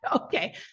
okay